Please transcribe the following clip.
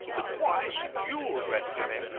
but why should you arrest me?